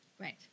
Right